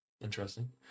Interesting